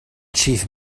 chief